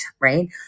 right